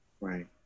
right